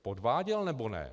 Podváděl, nebo ne?